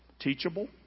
Teachable